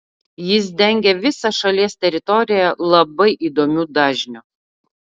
jis dengė visą šalies teritoriją labai įdomiu dažniu